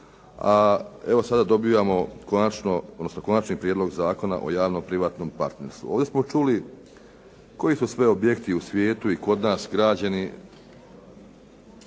konačno odnosno Konačni prijedlog zakona o javno-privatnom partnerstvu. Ovdje smo čuli koji su sve objekti u svijetu i kod nas građeni